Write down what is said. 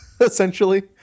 essentially